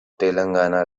telangana